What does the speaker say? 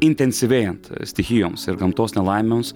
intensyvėjant stichijoms ir gamtos nelaimėms